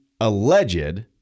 alleged